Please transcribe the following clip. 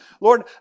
Lord